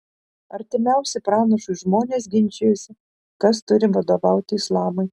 artimiausi pranašui žmonės ginčijosi kas turi vadovauti islamui